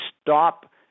stop